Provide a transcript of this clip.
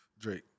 Drake